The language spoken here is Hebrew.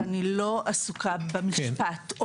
אני לא עסוקה במשפט,